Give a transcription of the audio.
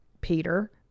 peter